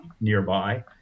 nearby